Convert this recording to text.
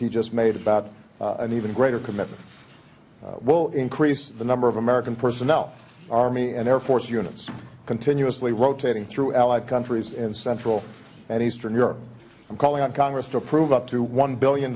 just made about an even greater commitment will increase the number of american personnel army and air force units continuously rotating through allied countries in central and eastern europe and calling on congress to approve up to one billion